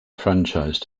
franchise